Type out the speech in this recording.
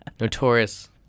Notorious